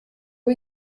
are